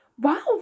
Wow